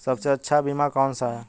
सबसे अच्छा बीमा कौन सा है?